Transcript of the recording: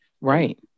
Right